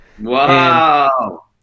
wow